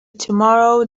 tomorrow